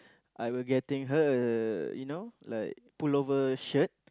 I will getting her a you know like pullover shirt